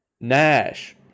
Nash